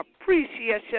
appreciation